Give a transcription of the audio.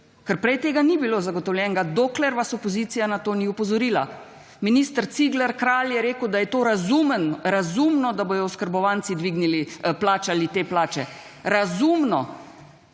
ker prej tega ni bilo zagotovljenega, dokler vas opozicija na to ni opozorila. Minister Cigler Kralj je rekel, da je to razumno, da bodo oskrbovanci plačali te plače. Razumno.